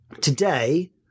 today